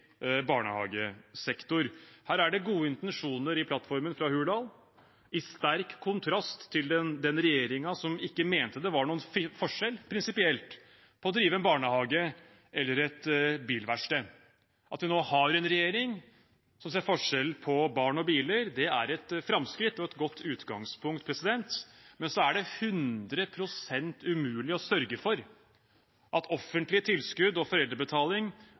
barnehagesektor. Her er det gode intensjoner i plattformen fra Hurdal, i sterk kontrast til den regjeringen som mente det ikke var noen prinsipiell forskjell på å drive barnehage og å drive bilverksted. At vi nå har en regjering som ser forskjell på barn og biler, er et framskritt og et godt utgangspunkt. Men så er det 100 pst. umulig å sørge for at offentlige tilskudd og foreldrebetaling